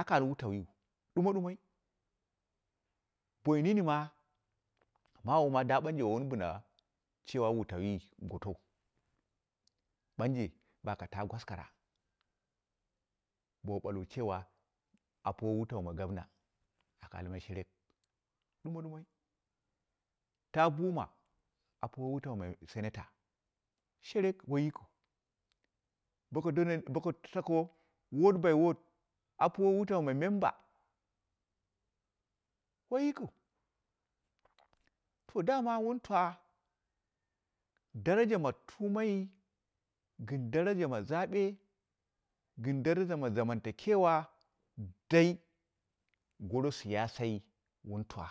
Aka al wutauwiyu ɗumo ɗumoi boi nini ma mawu woi wun bɨna wutawi gotou ɓanje baka taa gwaskara bowu ɓalwo cewa apuwo wutau ma gomna aka almai sherek, ɗumo ɗumoi, taa buma apuwo wutau ma senator sherek woi yikiu boko dole boko tako ward by ward apuwo wutau ma member woi yikiu, to dama wun twa daraja ma tuumai gɨn daraja ma zabe gɨn daraja ma zamantakewa dai gon siyasai wun twa